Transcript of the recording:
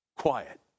quiet